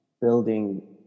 building